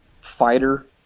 fighter